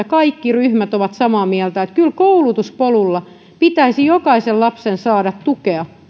kaikki ryhmät ovat samaa mieltä että kyllä koulutuspolulla pitäisi jokaisen lapsen saada tukea